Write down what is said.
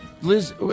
Liz